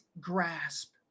grasp